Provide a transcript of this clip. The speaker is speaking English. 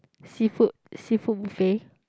seafood seafood buffet